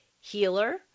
healer